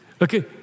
Okay